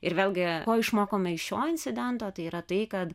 ir vėlgi ko išmokome iš šio incidento tai yra tai kad